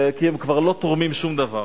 כי הם כבר לא תורמים שום דבר.